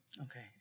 Okay